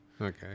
Okay